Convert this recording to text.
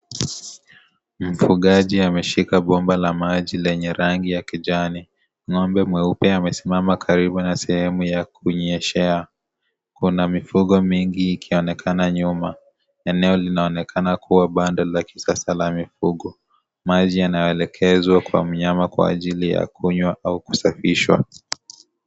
Mfugaji ameshika bomba la maji lenye rangi ya kijani.Ng'ombe mweupe amesimama karibu na sehemu ya kukunyeshea. Kuna mifugo mingi ikionekana nyuma. Eneo likionekana kuwa banda la kisasa la mifugo. Maji yanayoelekezwa kwa mnyama ,kwa ajili ya kunywa au kasafishwa.